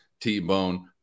T-bone